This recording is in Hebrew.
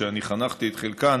שאני חנכתי את חלקן: